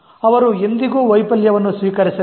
ಅವರು ಎಂದಿಗೂ ವೈಫಲ್ಯವನ್ನು ಸ್ವೀಕರಿಸಲಿಲ್ಲ